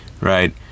right